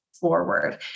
forward